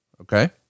Okay